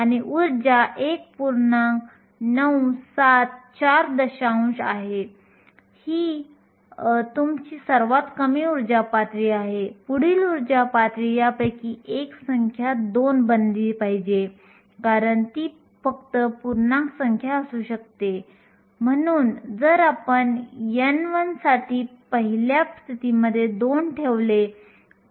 तर दोन विखुरलेल्या घटनांमधील वेळ खरोखरच लहान असतो म्हणून वेळ पिकोसेकंदांच्या क्रमानुसार असतो परंतु आपले इलेक्ट्रॉन इतके उच्च वेगाचे असतात की वेग सुमारे 105 s 1 असतो